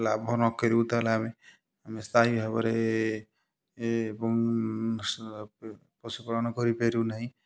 ଲାଭ ନ କରିବୁ ତାହେଲେ ଆମେ ଆମେ ସ୍ଥାୟୀ ଭାବରେ ଏବଂ ପଶୁ ପାଳନ କରିପାରିବୁ ନାହିଁ